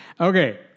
Okay